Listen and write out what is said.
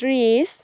ত্ৰিছ